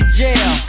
jail